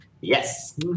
yes